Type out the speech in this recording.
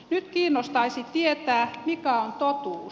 nyt kiinnostaisi tietää mikä on totuus